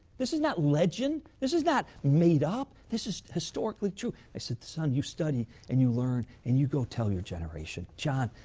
this is not legend, this is not made up this is historically true. i said, son, you study and you learn and you go tell your generation. john,